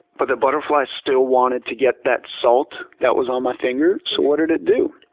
but the butterfly still wanted to get that salt that was on my finger. so what did it do?